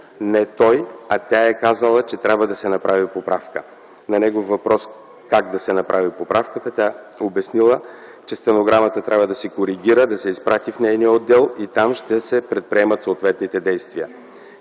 не той, а тя е казала, че трябва да се направи поправка. На негов въпрос как да се направи поправката, тя била обяснила, че стенограмата трябва да се коригира, да се изпрати в нейния отдел и там ще се предприемат съответните действия.